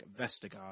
Vestergaard